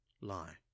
Lie